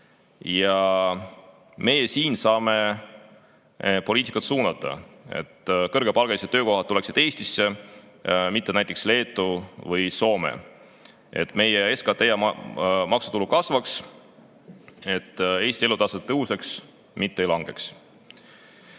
Ja meie siin saame poliitikat suunata, et kõrgepalgalised töökohad tuleksid Eestisse, mitte näiteks Leetu või Soome, et meie SKT ja maksutulu kasvaks, et Eesti elatustase tõuseks, mitte ei langeks.